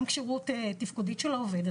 גם כשירות תפקודית של העובד,